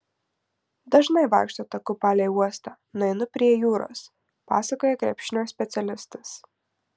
dažnai vaikštau taku palei uostą nueinu prie jūros pasakoja krepšinio specialistas